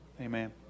Amen